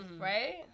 right